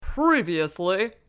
Previously